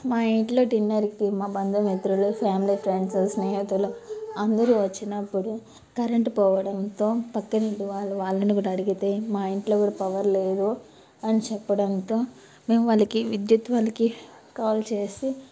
మా ఇంట్లో డిన్నర్కి మా బంధుమిత్రులు ఫ్యామిలీ ఫ్రెండ్స్ స్నేహితులు అందరూ వచ్చినప్పుడు కరెంటు పోవడంతో పక్కన ఇంటి వాళ్ళు వాళ్ళని కూడా అడిగితే మా ఇంట్లో కూడా పవర్ లేదు అని చెప్పడంతో మేము వాళ్ళకి విద్యుత్ వాళ్ళకి కాల్ చేసి